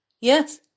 Yes